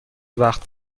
وقت